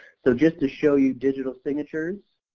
so just to show you digital signatures